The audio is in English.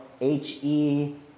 H-E